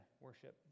worship